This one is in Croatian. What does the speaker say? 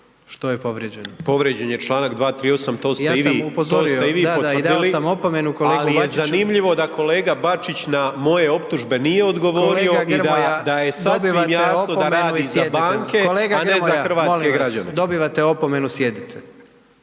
dao sam opomenu kolegi Bačiću. **Grmoja, Nikola (MOST)** Ali je zanimljivo kolega Bačić na moje optužbe nije odgovorio i da je sasvim jasno da radi za banke, a ne za hrvatske građane.